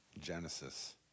Genesis